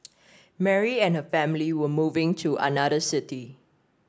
Mary and her family were moving to another city